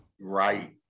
Right